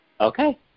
okay